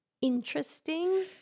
interesting